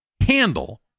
handle